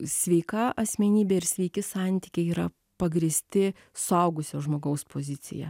sveika asmenybė ir sveiki santykiai yra pagrįsti suaugusio žmogaus pozicija